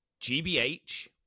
GBH